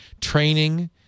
training